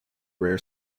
rare